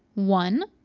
one,